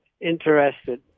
interested